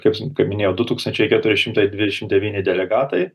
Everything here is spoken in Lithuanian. kaip kaip minėjau du tūkstančiai keturi šimtai dvidešimt devyni delegatai